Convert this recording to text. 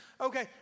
Okay